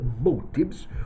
motives